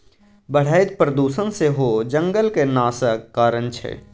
बढ़ैत प्रदुषण सेहो जंगलक नाशक कारण छै